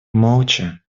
молча